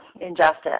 injustice